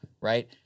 right